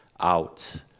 out